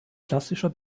klassischer